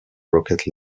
rocket